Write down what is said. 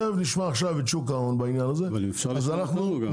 תיכף נשמע את שוק ההון בעניין הזה --- אבל אם אפשר לשמוע אותנו גם.